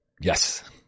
Yes